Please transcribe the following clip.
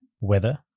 Weather